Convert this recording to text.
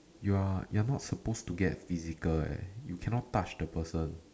you are you are not supposed to get physical eh you cannot touch the person